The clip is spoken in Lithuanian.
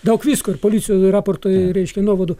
daug visko ir policijų raportai reiškia nuovadų